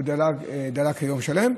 הוא דלק יום שלם,